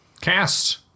Cast